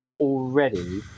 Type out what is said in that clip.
already